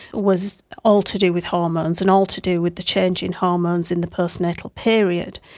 was all to do with hormones and all to do with the change in hormones in the postnatal period,